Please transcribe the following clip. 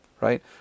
Right